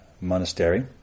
monastery